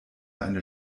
eine